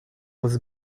was